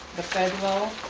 the federal,